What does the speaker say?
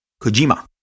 Kojima